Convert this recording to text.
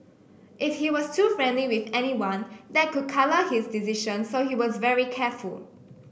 if he was too friendly with anyone that could colour his decision so he was very careful